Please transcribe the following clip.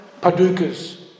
padukas